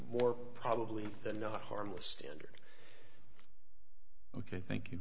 more probably than not harmless standard ok thank you